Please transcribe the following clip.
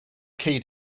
cei